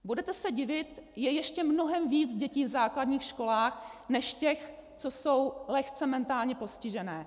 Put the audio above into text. Budete se divit, je ještě mnohem víc dětí v základních školách než těch, co jsou lehce mentálně postižené.